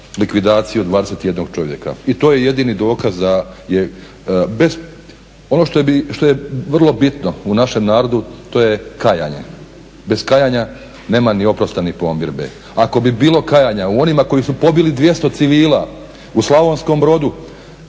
likvidaciju 21 čovjeka. I to je jedini dokaz da je, ono što je vrlo bitno u našem narodu to je kajanje, bez kajanja nema ni oprosta ni pomirbe. Ako bi bilo kajanja u onima koji su pobili 200 civila u Slavonskom Brodu,